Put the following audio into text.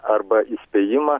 arba įspėjimą